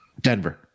denver